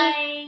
Bye